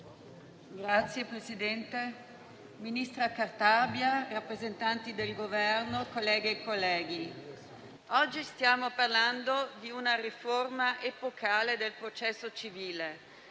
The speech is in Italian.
Signor Presidente, ministra Cartabia, rappresentanti del Governo, colleghe e colleghi, oggi stiamo parlando di una riforma epocale del processo civile,